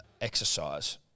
exercise